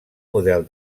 model